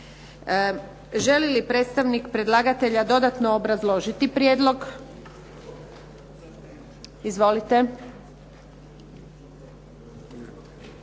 Želi li predstavnik predlagatelja dodatno obrazložiti prijedlog? Izvolite.